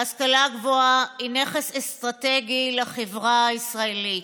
ההשכלה הגבוהה היא נכס אסטרטגי לחברה הישראלית.